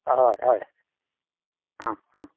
हय हय आं आं